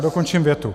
Dokončím větu.